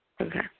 Okay